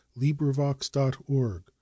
LibriVox.org